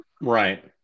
right